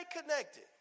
connected